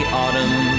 autumn